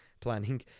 planning